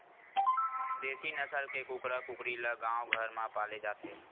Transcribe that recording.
देसी नसल के कुकरा कुकरी ल गाँव घर म पाले जाथे